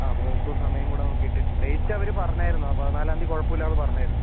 ആ മുഹൂർത്തവും സമയം കൂടെ നോക്കിയിട്ട് ഡേറ്റ് അവർ പറഞ്ഞായിരുന്നു ആ പതിനാലാം തീയതി കുഴപ്പമില്ലെന്ന് പറഞ്ഞായിരുന്നു